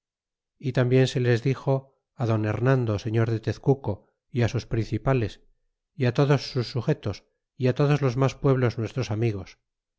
y tambien se les dixo don remando señor de tezcuco y á sus principales y todos sus sugetos y todos los mas pueblos nuestros amigos